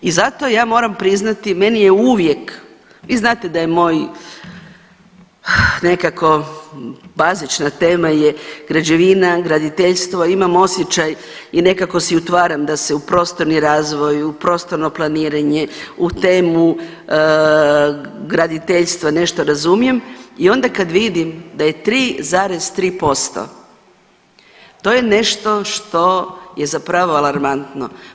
I zato ja moram priznati meni je uvijek, vi znate da je moj nekako bazična tema je građevina, graditeljstvo, a imam osjećaj i nekako si utvaram da se u prostorni razvoj, prostorno planiranje u temu graditeljstva nešto razumijem i onda kad vidim da je 3,3% to je nešto što je zapravo alarmantno.